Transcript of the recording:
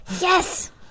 Yes